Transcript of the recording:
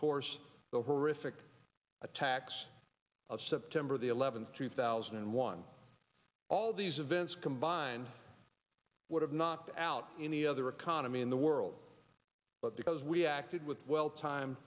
course the horrific attacks of september the eleventh two thousand and one all these events combined would have knocked out any other economy in the world but because we acted with well time